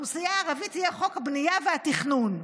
ולאוכלוסייה הערבית יהיה חוק הבנייה והתכנון.